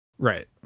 right